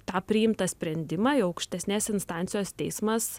tą priimtą sprendimą jau aukštesnės instancijos teismas